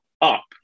up